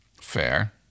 Fair